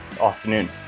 afternoon